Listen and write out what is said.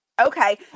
Okay